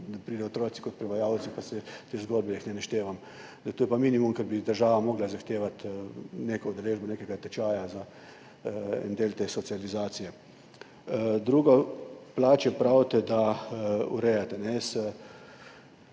da pridejo otroci kot prevajalci, pa vse te zgodbe, da jih ne naštevam. To je pa minimum, ker bi država morala zahtevati neko udeležbo nekega tečaja za en del te socializacije. Drugo, za plače pravite, da urejate.